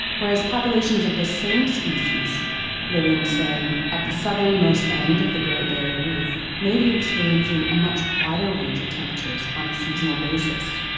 whereas populations of the same species living, say, at the southern most end of the great barrier reef, may be experiencing a much wider range of temperatures on a seasonal basis.